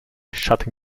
shutting